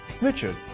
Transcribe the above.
Richard